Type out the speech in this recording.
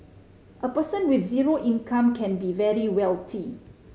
a person with zero income can be very wealthy